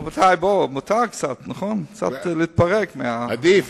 רבותי, מותר קצת להתפרק, עדיף,